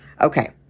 Okay